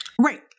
Right